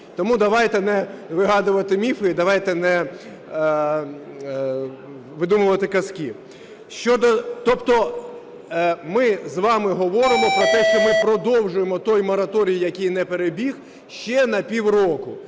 Тому давайте не вигадувати міфи і давайте не видумувати казки. Тобто ми з вами говоримо про те, що ми продовжуємо той мораторій, який не перебіг, ще на півроку.